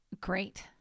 Great